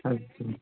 اچھا